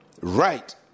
right